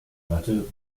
gehörte